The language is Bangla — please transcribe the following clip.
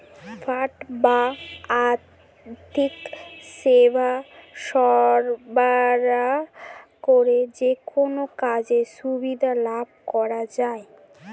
ফান্ড বা আর্থিক সেবা সরবরাহ করে যেকোনো কাজের সুবিধা লাভ করা যায়